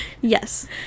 Yes